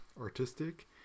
artistic